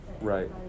Right